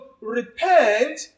repent